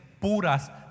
puras